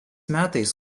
metais